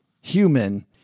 human